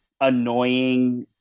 annoying